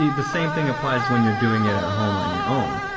the the same thing applies when you're doing it at a home or on your own.